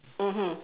mmhmm